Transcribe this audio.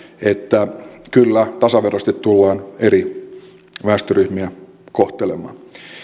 että kyllä tasaveroisesti tullaan eri väestöryhmiä kohtelemaan